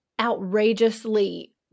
outrageously